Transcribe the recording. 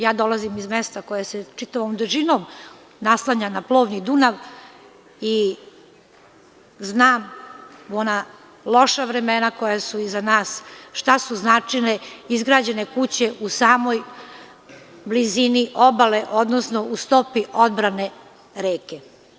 Ja dolazim iz mesta koje se čitavom dužinom naslanja na plovni Dunav i znam ona loša vremena koja su iz nas šta su značile izgrađene kuće uz samu blizinu obale, odnosno u stopi odbrane reke.